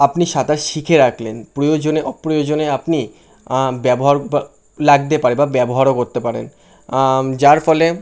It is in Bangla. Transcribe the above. আপনি সাঁতার শিখে রাখলে প্রয়োজনে অপ্রয়োজনে আপনি ব্যবহার লাগতে পারে বা ব্যবহারও করতে পারেন যার ফলে